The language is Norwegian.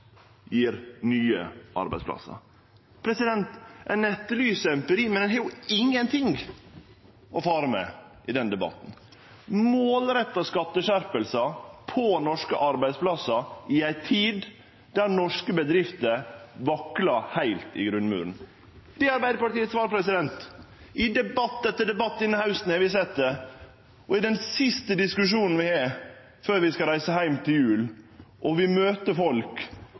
nye arbeidsplassar. Ein etterlyser empiri, men ein har jo ingenting å fare med i den debatten. Dette er målretta skatteskjerpingar for norske arbeidsplassar i ei tid då norske bedrifter vaklar heilt i grunnmuren. Det er svaret frå Arbeidarpartiet. I debatt etter debatt denne hausten har vi sett det, og i den siste diskusjonen vi har før vi skal reise heim til jul og møte folk